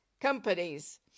companies